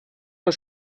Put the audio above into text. aus